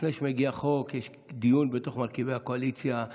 לפני שמגיע חוק יש דיון בתוך מרכיבי הקואליציה,